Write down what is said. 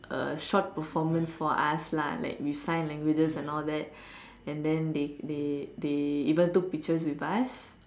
a short performance for us lah like with sign languages and all that and then they they they even took pictures with us